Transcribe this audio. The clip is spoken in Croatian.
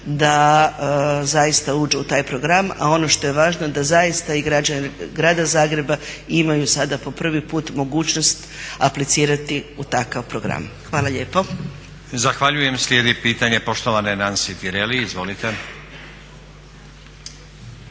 da zaista uđu u taj program, a ono što je važno da zaista i građani grada Zagreba imaju sada po prvi put mogućnost aplicirati u takav program. Hvala lijepo. **Stazić, Nenad (SDP)** Zahvaljujem. Slijedi pitanje poštovane Nansi Tireli, izvolite.